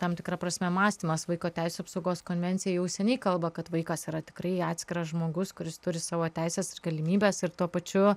tam tikra prasme mąstymas vaiko teisių apsaugos konvencija jau seniai kalba kad vaikas yra tikrai atskiras žmogus kuris turi savo teises ir galimybes ir tuo pačiu